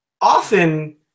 often